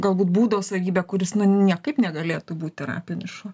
galbūt būdo savybė kuris nu niekaip negalėtų būti terapinis šuo